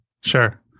Sure